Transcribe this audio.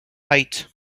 eight